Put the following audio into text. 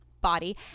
body